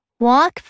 Walk